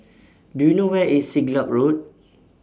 Do YOU know Where IS Siglap Road